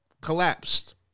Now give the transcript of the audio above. collapsed